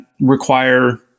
require